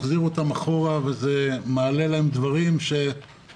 מחזיר אותם אחורה ומעלה אצלם דברים שעד